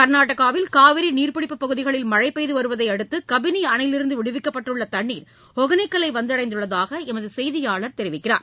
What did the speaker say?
கர்நாடகாவில் காவிரி நீர்பிடிப்பு பகுதிகளில் மழை பெய்து வருவதை அடுத்து கபிளி அணையிலிருந்து விடுவிக்கப்பட்டுள்ள தண்ணரீ ஒகனேக்கல்லை வந்தடைந்துள்ளதாக எமது செய்தியாளர் தெரிவிக்கிறார்